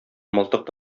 мылтык